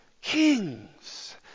kings